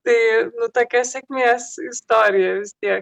tai nu tokia sėkmės istorija vistiek